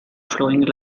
flowing